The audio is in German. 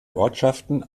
ortschaften